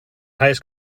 highest